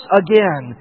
again